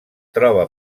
troba